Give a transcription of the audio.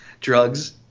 Drugs